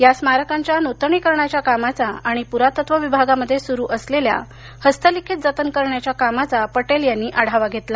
या स्मारकांच्या नूतनीकरणाच्या कामाचा आणि पुरातत्व विभागामध्ये सुरू असलेल्या हस्तलिखित जतन करण्याच्या कामाचा पटेल यांनी आढावा घेतला